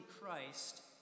Christ